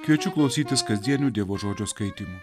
kviečiu klausytis kasdienių dievo žodžio skaitymų